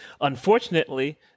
unfortunately